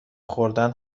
خوردن